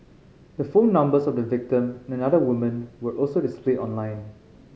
the phone numbers of the victim and another woman were also displayed online